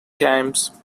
times